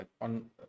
on